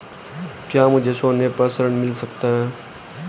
क्या मुझे सोने पर ऋण मिल सकता है?